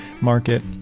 Market